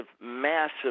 massive